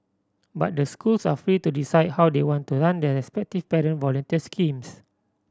but the schools are free to decide how they want to run their respective parent volunteer schemes